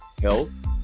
health